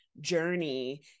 journey